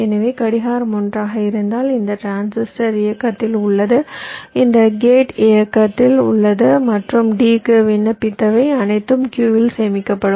எனவே கடிகாரம் 1 ஆக இருந்தால் இந்த டிரான்சிஸ்டர் இயக்கத்தில் உள்ளது இந்த கேட் இயக்கத்தில் உள்ளது மற்றும் D க்கு விண்ணப்பித்தவை அனைத்தும் Q இல் சேமிக்கப்படும்